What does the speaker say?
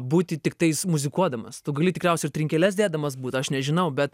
būti tiktais muzikuodamas tu gali tikriausiai ir trinkeles dėdamas būt aš nežinau bet